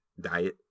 diet